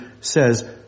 Says